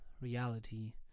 reality